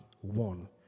one